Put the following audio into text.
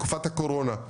בתקופת הקורונה.